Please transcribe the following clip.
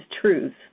truths